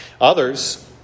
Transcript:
Others